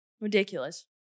Ridiculous